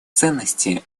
ценности